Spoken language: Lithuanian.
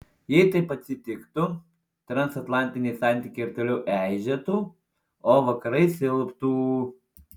jei taip atsitiktų transatlantiniai santykiai ir toliau eižėtų o vakarai silptų